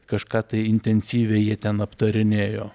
kažką tai intensyviai jie ten aptarinėjo